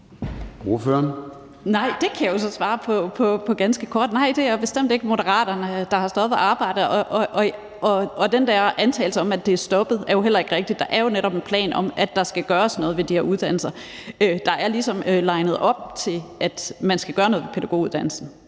(M): Det kan jeg jo så svare ganske kort på: Nej, det er bestemt ikke Moderaterne, der har stoppet arbejdet. Og den der antagelse om, at det er stoppet, er heller ikke rigtig. Der er jo netop en plan om, at der skal gøres noget ved de her uddannelser. Der er ligesom linet op til, at man skal gøre noget ved pædagoguddannelsen,